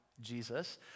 Jesus